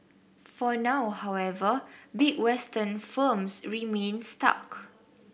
for now however big Western firms remain stuck